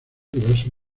diversos